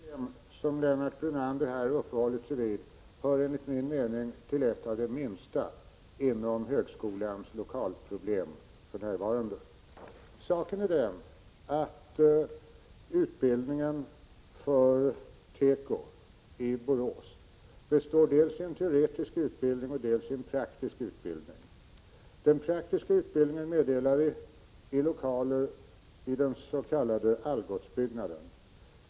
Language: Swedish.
Herr talman! Det problem som Lennart Brunander här har uppehållit sig vid hör enligt min mening till ett av de minsta bland högskolans lokalproblem för närvarande. Tekoutbildningen i Borås består av dels en teoretisk del, dels en praktisk del. Den praktiska utbildningen meddelas i lokaler i den s.k. Algotsbyggnaden.